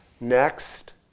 Next